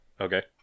Okay